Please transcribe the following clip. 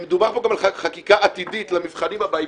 מדובר פה גם על חקיקה עתידית למבחנים הבאים,